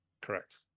Correct